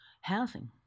housing